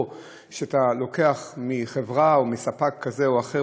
או אם אתה לוקח מחברה או מספק כזה או אחר,